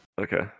Okay